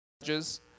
judges